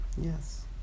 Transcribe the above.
yes